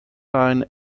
line